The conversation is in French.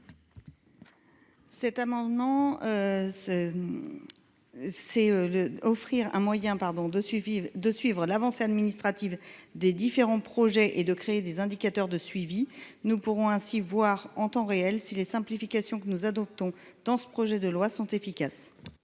Cet amendement vise à offrir au public un moyen de suivre l'avancée administrative des différents projets et de créer des indicateurs à cette fin, pour déterminer en temps réel si les simplifications que nous adoptons dans ce projet de loi sont efficaces.